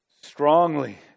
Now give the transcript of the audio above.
strongly